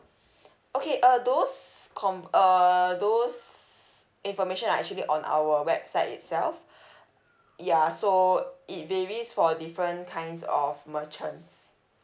okay uh those com~ uh those information are actually on our website itself ya so it varies for different kinds of merchants